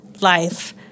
life